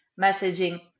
messaging